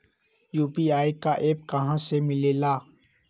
UPI का app कहा से मिलेला?